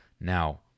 Now